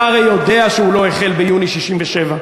אתה הרי יודע שהוא לא החל ביוני 1967,